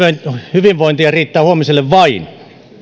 hyvinvointia riittää huomiselle vain